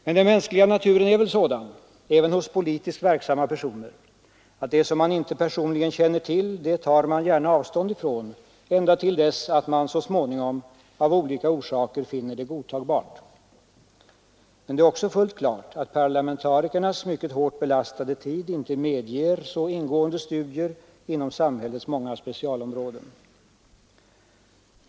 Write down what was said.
Men den mänskliga naturen är väl sådan, även hos politiskt verksamma personer, att det som man inte personligen känner till tar man gärna avstånd från, ända till dess man så småningom av olika orsaker finner det godtagbart. Men det är också fullt klart att parlamentarikernas mycket hårt belastade tid inte medger så ingående studier inom samhällets många specialområden.